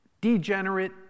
degenerate